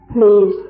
please